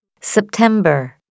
September